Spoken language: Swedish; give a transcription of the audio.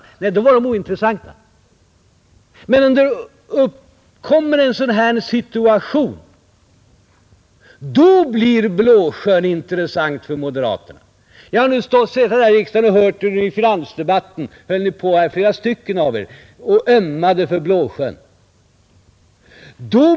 Då var dessa människor ointressanta, men om det uppkommer en sådan här situation blir Blåsjön intressant för moderaterna. Jag har suttit här i riksdagen och hört hur flera av er i finansdebatten ömmade för Blåsjön.